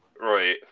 Right